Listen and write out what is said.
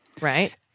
Right